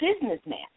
businessman